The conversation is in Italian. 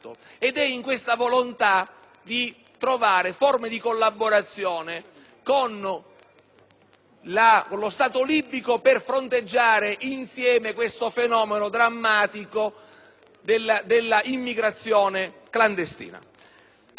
con lo Stato libico per fronteggiare insieme il drammatico fenomeno dell'immigrazione clandestina. Ambedue le ragioni, quindi, a mio avviso, legittimano l'approvazione del provvedimento,